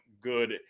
good